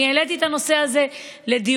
אני העליתי את הנושא הזה לדיון.